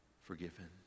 forgiven